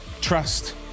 trust